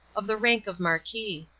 of the rank of marquis.